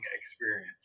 experience